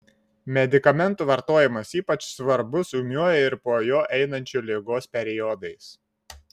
medikamentų vartojimas ypač svarbus ūmiuoju ir po jo einančiu ligos periodais